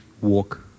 walk